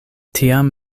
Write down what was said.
tiam